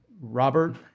Robert